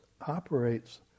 operates